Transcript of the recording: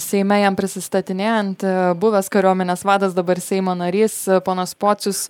seime jam prisistatinėjant buvęs kariuomenės vadas dabar seimo narys ponas pocius